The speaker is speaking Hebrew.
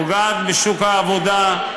פוגעת בשוק העבודה,